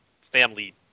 family